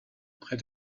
près